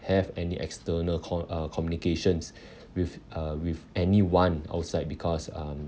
have any external call uh communications with uh with anyone outside because um